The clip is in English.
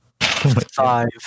Five